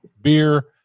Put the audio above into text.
Beer